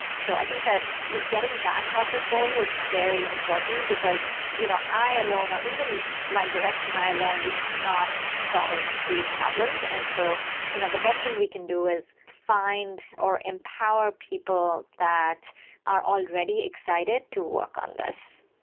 so i think that getting that process going is very important, because you know i alone, or even my directs and i alone, we cannot solve these problems and so you know the best thing we can do is find, or empower people that are already excited to work on this,